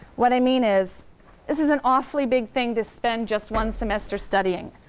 what i mean is this is an awfully big thing to spend just one semester studying,